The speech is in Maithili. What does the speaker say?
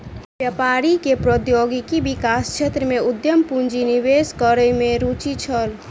व्यापारी के प्रौद्योगिकी विकास क्षेत्र में उद्यम पूंजी निवेश करै में रूचि छल